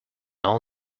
all